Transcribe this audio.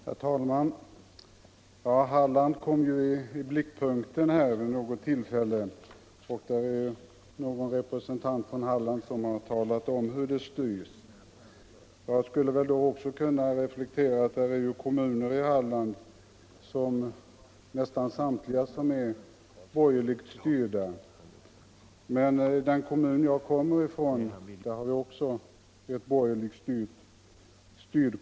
Herr talman! Halland har ju kommit i blickpunkten här vid något tillfälle, och någon representant från Halland har talat om hur kommunerna där styrs. Jag skulle då också vilja göra den reflexionen, att nästan samtliga kommuner i Halland är borgerligt styrda. Även den kommun jag kommer från är borgerligt styrd.